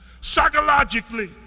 psychologically